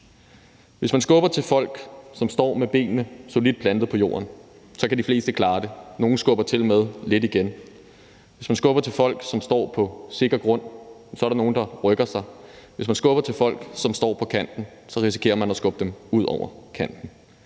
Hvis man skubber til folk, som står med benene solidt plantet på jorden, så kan de fleste klare det, og nogle skubber tilmed lidt igen, og hvis man skubber til folk, som står på sikker grund, så er der nogle, der rykker sig, men hvis man skubber til folk, som står på kanten, så risikerer man at skubbe dem ud over kanten,